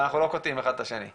אבל אנחנו לא קוטעים אחד את השני.